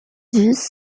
dix